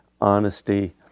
honesty